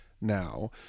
now